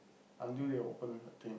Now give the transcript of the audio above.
until they open the thing